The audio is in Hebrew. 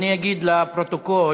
אגיד לפרוטוקול